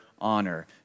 honor